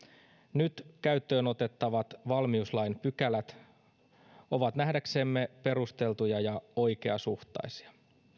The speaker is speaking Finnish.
nyt käyttöön otettavat valmiuslain pykälät ovat nähdäksemme perusteltuja ja oikeasuhtaisia